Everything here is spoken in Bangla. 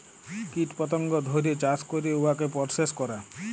কীট পতঙ্গ ধ্যইরে চাষ ক্যইরে উয়াকে পরসেস ক্যরে